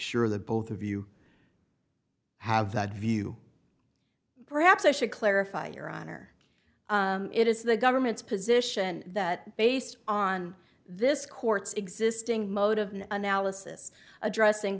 sure that both of you have that view perhaps i should clarify your honor it is the government's position that based on this court's existing mode of analysis addressing